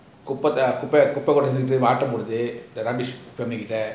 குப்பை குப்பை கொடூரனு ஆட்டம் போடுது ரமேஷ் தம்பி கிட்ட:kuppa kuppa koturanu aatam poduthu ramesh thambi kita